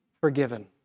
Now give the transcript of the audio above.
forgiven